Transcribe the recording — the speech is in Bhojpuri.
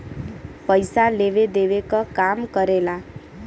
पइसा लेवे देवे क काम करेला